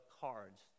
cards